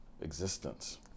existence